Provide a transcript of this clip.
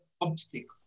obstacle